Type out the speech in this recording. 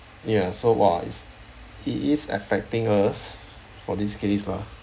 ya so !wah! is it is affecting us for this case lah